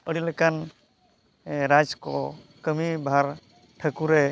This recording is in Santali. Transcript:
ᱟᱹᱰᱤᱞᱮᱠᱟᱱ ᱨᱟᱡᱽᱠᱚ ᱠᱟᱹᱢᱤ ᱵᱷᱟᱨ ᱴᱷᱟᱹᱠᱩᱨᱮ